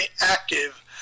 active